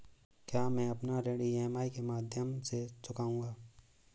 क्या मैं अपना ऋण ई.एम.आई के माध्यम से चुकाऊंगा?